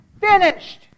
finished